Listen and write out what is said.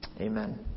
Amen